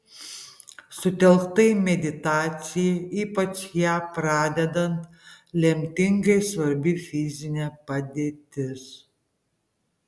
sutelktai meditacijai ypač ją pradedant lemtingai svarbi fizinė padėtis